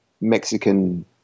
Mexican